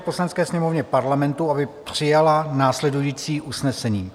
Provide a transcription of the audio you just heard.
Poslanecké sněmovně Parlamentu, aby přijala následující usnesení: